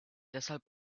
deshalb